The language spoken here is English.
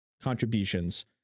contributions